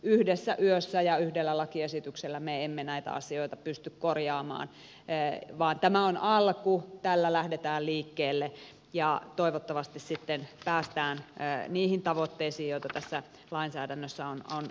yhdessä yössä ja yhdellä lakiesityksellä me emme näitä asioita pysty korjaamaan vaan tämä on alku tällä lähdetään liikkeelle ja toivottavasti sitten päästään niihin tavoitteisiin joita tässä lainsäädännössä on asetettu